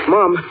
Mom